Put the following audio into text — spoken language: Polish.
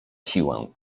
siłę